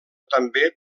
també